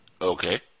Okay